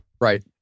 right